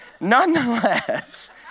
nonetheless